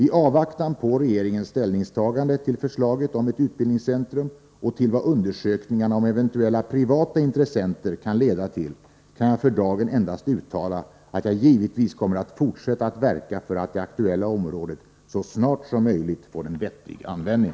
I avvaktan på regeringens ställningstagande beträffande förslaget om ett utbildningscentrum och beträffande vad undersökningarna om eventuella privata intressenter kan leda till kan jag för dagen endast uttala att jag givetvis kommer att fortsätta att verka för att det aktuella området så snart som möjligt får en vettig användning.